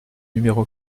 numéro